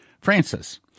Francis